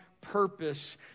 purpose